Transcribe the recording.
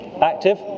active